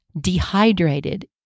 dehydrated